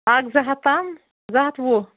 اکھ زٕ ہَتھ تام زٕ ہَتھ وُہ